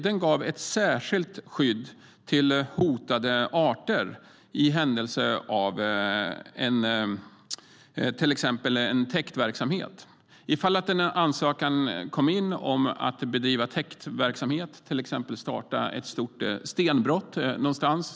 Den gav ett särskilt skydd till hotade arter ifall till exempel en ansökan om att bedriva täktverksamhet kom in, till exempel om att starta ett stort stenbrott någonstans.